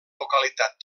localitat